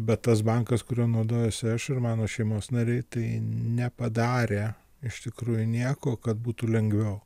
bet tas bankas kuriuo naudojuosi aš ir mano šeimos nariai tai nepadarė iš tikrųjų nieko kad būtų lengviau